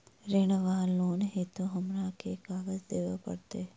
ऋण वा लोन हेतु हमरा केँ कागज देबै पड़त?